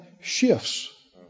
Shifts